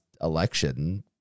election